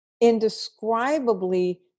indescribably